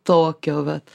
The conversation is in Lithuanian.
tokio vat